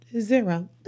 Zero